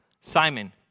Simon